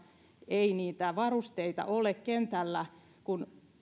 ei niitä varusteita ole kentällä kun